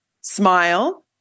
smile